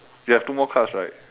you have two more cards right